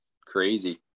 Crazy